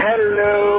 Hello